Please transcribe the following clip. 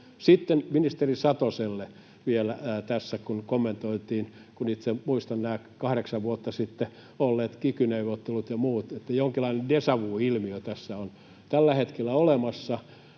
Sitten ministeri Satoselle vielä tässä, kun kommentoitiin, kun itse muistan nämä kahdeksan vuotta sitten olleet kiky-neuvottelut ja muut, että jonkinlainen déjà-vu-ilmiö tässä on tällä hetkellä olemassa.